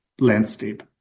landscape